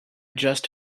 just